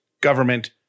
government